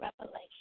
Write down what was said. revelation